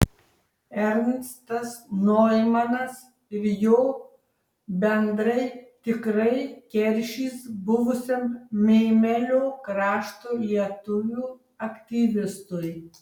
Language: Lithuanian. ernstas noimanas ir jo bendrai tikrai keršys buvusiam mėmelio krašto lietuvių aktyvistui